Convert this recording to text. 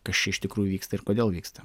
kas čia iš tikrųjų vyksta ir kodėl vyksta